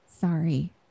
sorry